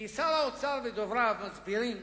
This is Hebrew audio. שר האוצר ודובריו מסבירים